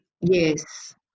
Yes